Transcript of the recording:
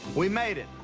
we made it.